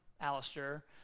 Alistair